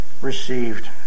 received